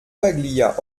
paglia